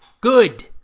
Good